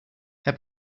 herr